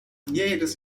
jedes